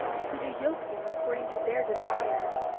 who do yoke them according to their desires,